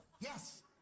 Yes